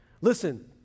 Listen